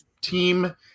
team